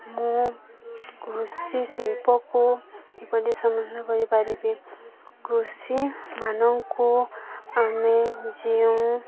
ମୁଁ କୃଷି ଶିଳ୍ପକୁ କିପରି ସମାଧାନ କରିପାରିବି କୃଷିମାନଙ୍କୁ ଆମେ ଯେଉଁ